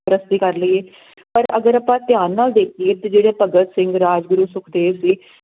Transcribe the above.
ਪ੍ਰਸਤੀ ਕਰ ਲਈਏ ਪਰ ਅਗਰ ਆਪਾਂ ਧਿਆਨ ਨਾਲ ਵੇਖੀਏ ਤੇ ਜਿਹੜੇ ਭਗਤ ਸਿੰਘ ਰਾਜਗੁਰੂ ਸੁਖਦੇਵ ਸੀ